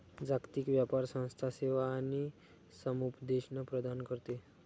जागतिक व्यापार संस्था सेवा आणि समुपदेशन प्रदान करते